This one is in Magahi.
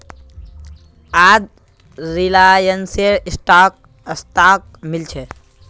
आज रिलायंसेर स्टॉक सस्तात मिल छ